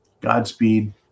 Godspeed